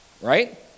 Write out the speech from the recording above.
Right